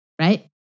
right